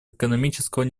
экономического